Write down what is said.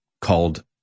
called